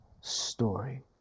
story